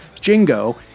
Jingo